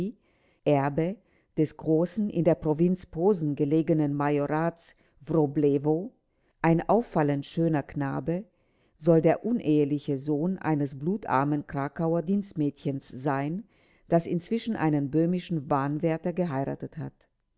erbe des großen in der provinz posen belegenen majorats wroblewo ein auffallend schöner knabe soll der uneheliche sohn eines blutarmen krakauer dienstmädchens sein das inzwischen einen böhmischen bahnwärter geheiratet hat